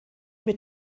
mit